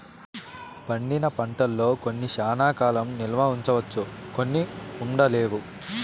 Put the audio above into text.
పండిన పంటల్లో కొన్ని శ్యానా కాలం నిల్వ ఉంచవచ్చు కొన్ని ఉండలేవు